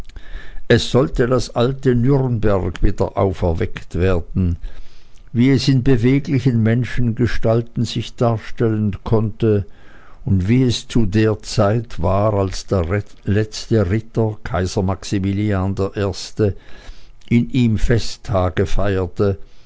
es sollte das alte nürnberg wiederauferweckt werden wie es in beweglichen menschengestalten sich darstellen konnte und wie es zu der zeit war als der letzte ritter kaiser maximilian in ihm festtage feierte